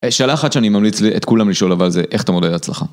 שאלה אחת שאני ממליץ את כולם לשאול על זה, איך אתה מודד להצלחה?